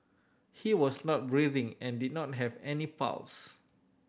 he was not breathing and did not have any pulse